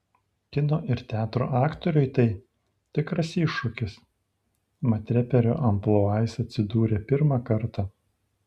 kino ir teatro aktoriui tai tikras iššūkis mat reperio amplua jis atsidūrė pirmą kartą